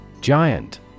Giant